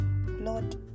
Lord